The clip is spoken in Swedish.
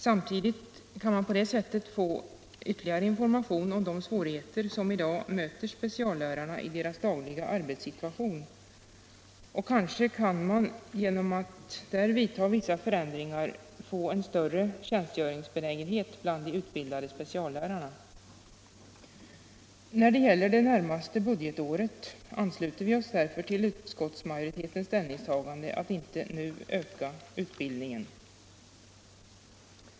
Samtidigt kan man på det sättet få ytterligare information om de svårigheter som i dag möter speciallärarna i deras dagliga arbetssituation. Och kanske kan man genom att där vidta vissa förändringar få en större tjänstgöringsbenägenhet bland de utbildade speciallärarna. När det gäller det närmaste budgetåret ansluter vi oss därför till utskottsmajoritetens ställningstagande att inte nu öka utbildningen.